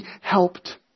helped